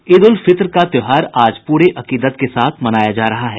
ईद उल फितर का त्योहार आज पूरे अकीदत के साथ मनाया जा रहा है